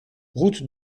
route